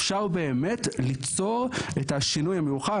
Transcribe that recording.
אפשר באמת ליצור את השינוי המיוחל.